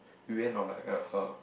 we went on like a uh